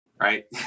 right